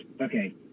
Okay